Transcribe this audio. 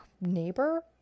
neighbor